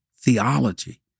theology